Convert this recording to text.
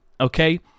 okay